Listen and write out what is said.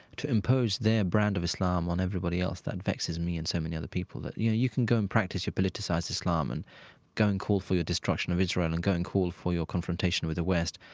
to impose their brand of islam on everybody else that vexes me and so many other people. you know, you can go and practice your politicized islam and go and call for your destruction of israel and go and call for your confrontation with the west,